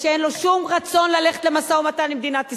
שאין לו שום רצון ללכת למשא-ומתן עם מדינת ישראל.